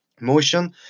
motion